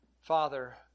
Father